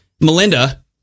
Melinda